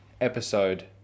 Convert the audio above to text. episode